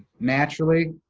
naturally,